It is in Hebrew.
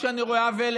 כשאני רואה עוול,